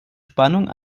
spannung